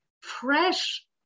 fresh